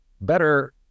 better